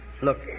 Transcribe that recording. Look